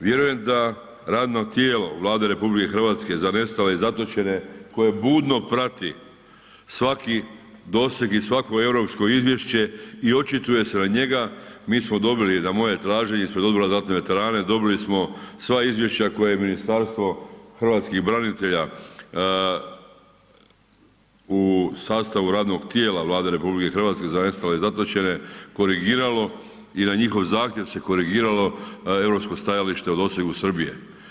Vjerujem da radno tijelo Vlade RH za nestale i zatočene koje budno prati svaki doseg i svako europsko izvješće i očituje se na njega, mi smo dobili na moje traženje ispred Odbora za ratne veterane dobili smo sva izvješća koje Ministarstvo hrvatskih branitelja u sastavu radnog tijela Vlade RH za nestale i zatočene korigiralo i na njihov zahtjev se korigiralo europsko stajalište o ... Srbije.